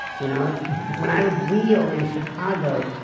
you know when i would wheel in chicago,